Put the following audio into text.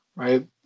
Right